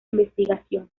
investigación